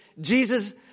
Jesus